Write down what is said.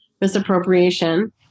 misappropriation